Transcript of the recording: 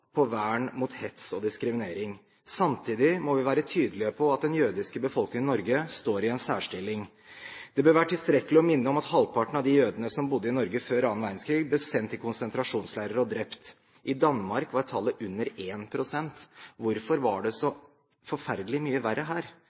på vern mot hets og diskriminering. Samtidig må vi være tydelige på at den jødiske befolkningen i Norge står i en særstilling. Det bør være tilstrekkelig å minne om at halvparten av de jødene som bodde i Norge før annen verdenskrig, ble sendt til konsentrasjonsleirer og drept. I Danmark var tallet under 1 pst. Hvorfor var det så forferdelig mye verre her?